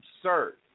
absurd